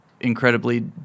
incredibly